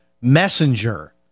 Messenger